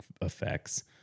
effects